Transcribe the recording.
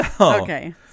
Okay